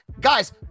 Guys